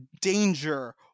danger